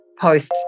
posts